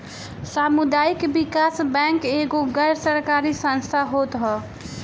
सामुदायिक विकास बैंक एगो गैर सरकारी संस्था होत हअ